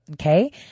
Okay